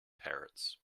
parrots